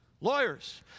lawyers